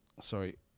Sorry